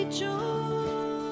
joy